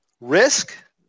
Risk